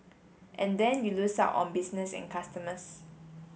and then you lose out on business and customers